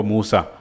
Musa